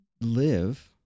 live